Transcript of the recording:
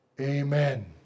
Amen